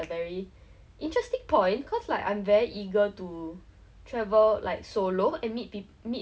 so I guess yeah it makes sense now but sometimes it's even like when my friends ask me out then I'm just like err